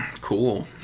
Cool